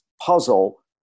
puzzle